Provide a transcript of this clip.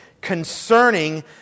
concerning